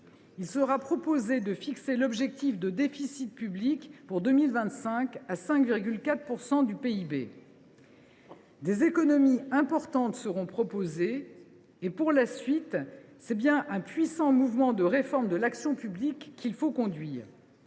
Il sera proposé de fixer l’objectif de déficit public pour 2025 à 5,4 % du PIB. « Des économies importantes seront proposées. Et pour la suite, c’est bien un puissant mouvement de réforme de l’action publique qu’il faut conduire.